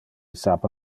sape